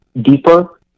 deeper